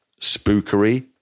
spookery